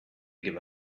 give